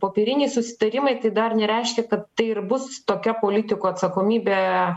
popieriniai susitarimai tai dar nereiškia kad tai ir bus tokia politikų atsakomybė